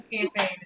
campaign